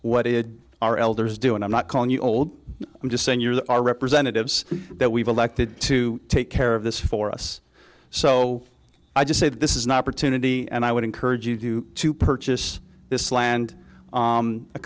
what did our elders do and i'm not calling you old i'm just saying yours are representatives that we've elected to take care of this for us so i just said this is not for tuna d and i would encourage you to purchase this land